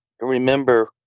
remember